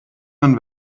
man